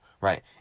right